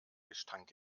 gestank